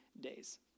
days